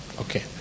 Okay